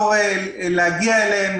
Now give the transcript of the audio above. להגיע אליהם,